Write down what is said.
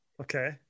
Okay